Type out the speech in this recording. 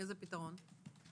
איזה פתרון?